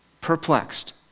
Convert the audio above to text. perplexed